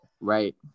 Right